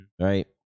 right